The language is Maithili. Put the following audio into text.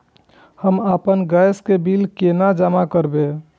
हम आपन गैस के बिल केना जमा करबे?